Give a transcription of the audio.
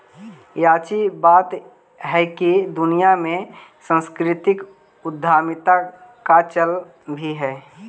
याची बात हैकी दुनिया में सांस्कृतिक उद्यमीता का चल भी है